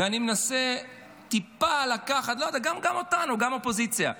ואני מנסה טיפה לקחת, גם אותנו, גם את האופוזיציה,